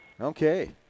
Okay